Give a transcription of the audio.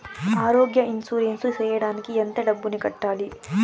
ఆరోగ్య ఇన్సూరెన్సు సేయడానికి ఎంత డబ్బుని కట్టాలి?